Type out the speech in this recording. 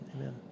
Amen